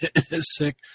sick